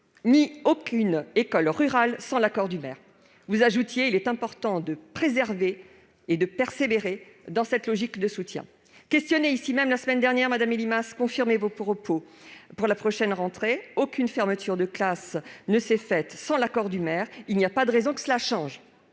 ni aucune école rurale sans l'accord du maire. Vous avez ajouté :« Il est très important de persévérer dans cette logique de soutien. » Interrogée ici même la semaine dernière, Mme Elimas confirmait vos propos pour la prochaine rentrée :« Aucune fermeture de classe ne s'est faite sans l'accord du maire ; il n'y a pas de raison que cela change.